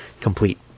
complete